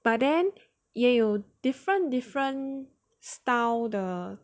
but then 也有 different different style 的